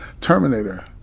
terminator